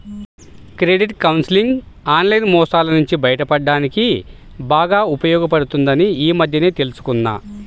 credit counselling online మోసాల నుంచి బయటపడడానికి బాగా ఉపయోగపడుతుందని ఈ మధ్యనే తెల్సుకున్నా